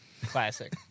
Classic